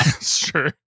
Sure